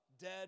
Dead